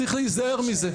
צריך להיזהר מזה,